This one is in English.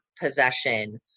possession